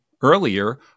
earlier